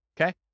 Okay